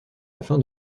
afin